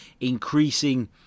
increasing